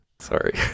Sorry